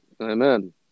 Amen